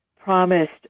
promised